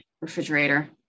refrigerator